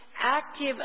active